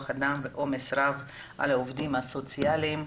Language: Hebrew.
אדם ועומס רב על העובדים הסוציאליים.